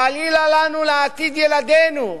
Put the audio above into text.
חלילה לנו לעתיד ילדינו,